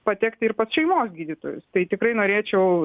patekti ir pas šeimos gydytojus tai tikrai norėčiau